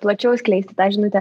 plačiau skleisti tą žinutę